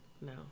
No